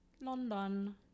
London